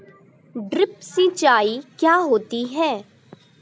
Drip सिंचाई क्या होती हैं?